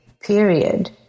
period